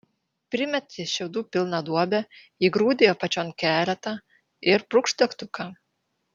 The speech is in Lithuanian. primeti šiaudų pilną duobę įgrūdi apačion keletą ir brūkšt degtuką